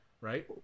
Right